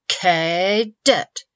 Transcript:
Cadet